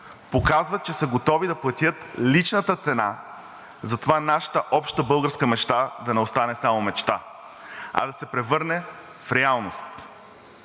показват, че са готови да платят личната цена за това нашата обща българска мечта да не остане само мечта, а да се превърне в реалност.